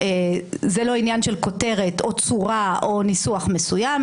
זה לא עניין של כותרת או צורה או ניסוח מסוים,